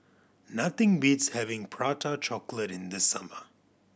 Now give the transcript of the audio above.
nothing beats having Prata Chocolate in the summer